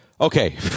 okay